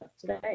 today